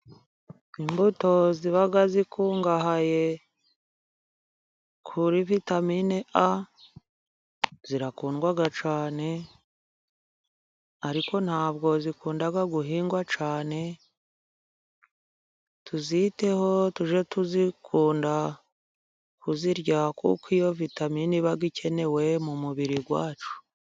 Imbuto ziba zikungahaye kuri vitamin A zirakundwa cyane, ariko ntabwo zikunda guhingwa cyane. Tuziteho tujye tuzikunda kuzirya kuko iyo vitamin iba ikenewe mu mubiri wacu.